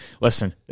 Listen